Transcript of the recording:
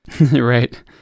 Right